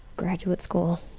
graduate school.